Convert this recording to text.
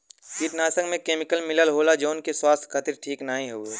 कीटनाशक में केमिकल मिलल होला जौन की स्वास्थ्य खातिर ठीक नाहीं हउवे